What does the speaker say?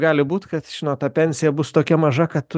gali būt kad žinot ta pensija bus tokia maža kad